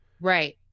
Right